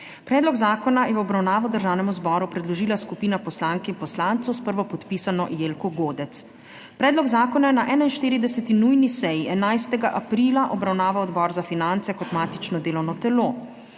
Predlog zakona je v obravnavo Državnemu zboru predložila skupina poslank in poslancev s prvopodpisano Jelko Godec. Predlog zakona je na 50. nujni seji 10. aprila obravnaval Odbor za infrastrukturo, okolje